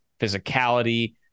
physicality